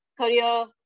career